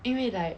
因为 like